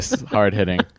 hard-hitting